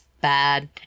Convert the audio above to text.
bad